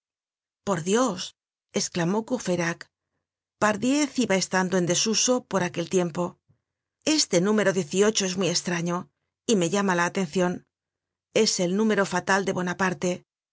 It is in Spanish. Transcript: por dios esclamó courfeyrac pardiez iba estando en desuso por aquel tiempo este número xviii es muy estraño y me llama la atencion es el número fatal de bonaparte